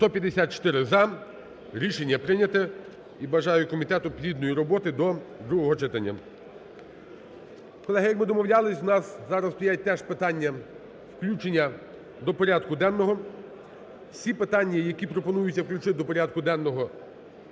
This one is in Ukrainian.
За-254 Рішення прийнято. І бажаю комітету плідної роботи до другого читання. Колеги, як ми домовлялись, у нас зараз стоять теж питання включення до порядку денного. Всі питання, які пропонується включити до порядку денного,